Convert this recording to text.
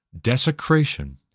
Desecration